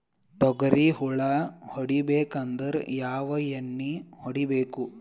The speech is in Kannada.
ತೊಗ್ರಿ ಹುಳ ಹೊಡಿಬೇಕಂದ್ರ ಯಾವ್ ಎಣ್ಣಿ ಹೊಡಿಬೇಕು?